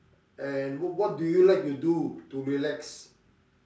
and what what do you like to do to relax